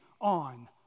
on